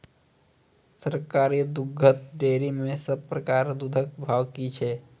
सरकारी दुग्धक डेयरी मे सब प्रकारक दूधक भाव की छै?